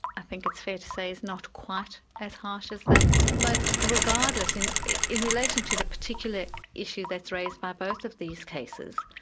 i think it's fair to say, is not quite as harsh as that, but regardless, in in relation to the particular issue that's raised by both of these cases,